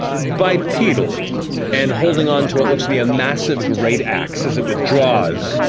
bipedal and holding on to what looks to be a massive great ax, as it withdraws,